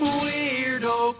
weirdo